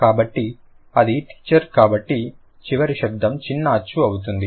కాబట్టి అది టీచర్ కాబట్టి చివరి శబ్దం చిన్న అచ్చు అవుతుంది